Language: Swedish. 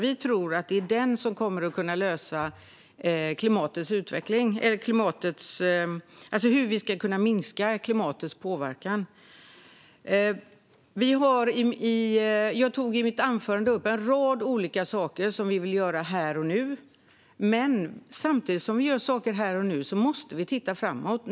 Vi tror att det är den som kommer att lösa hur vi kan minska påverkan på klimatet. Jag tog i mitt anförande upp en rad olika saker som vi vill göra här och nu. Men samtidigt som vi gör saker här och nu måste vi titta framåt.